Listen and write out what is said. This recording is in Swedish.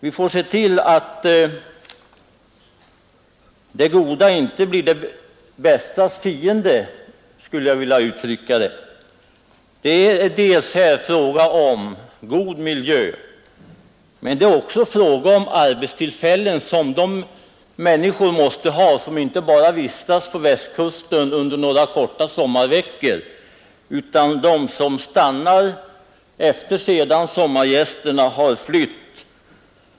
Vi får se till att det goda inte blir det bästas fiende, skulle jag vilja uttrycka det. Det är dels en fråga om god miljö, dels en fråga om arbetstillfällen som de människor måste ha vilka inte bara vistas på Västkusten under några korta sommarveckor utan som blir kvar sedan sommargästerna har flytt.